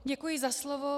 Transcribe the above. Děkuji za slovo.